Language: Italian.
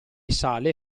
sale